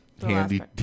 Handy